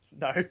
No